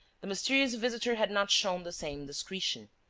the mysterious visitor had not shown the same discretion.